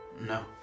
No